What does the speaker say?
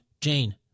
Jane